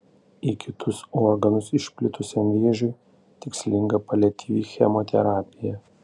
į kitus organus išplitusiam vėžiui tikslinga paliatyvi chemoterapija